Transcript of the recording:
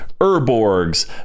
Urborgs